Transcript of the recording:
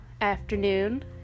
afternoon